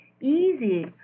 easy